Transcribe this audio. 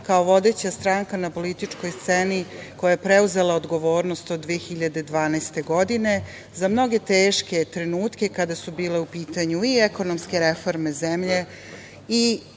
kao vodeća stranka na političkoj sceni, koja je preuzela odgovornost od 2012. godine za mnoge teške trenutke, kada su bile u pitanju i ekonomske reforme zemlje i